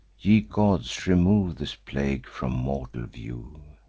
ye gods, remove this plague from mortal view!